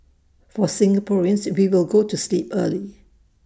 for Singaporeans we will go to sleep early